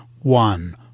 One